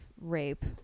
rape